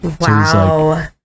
wow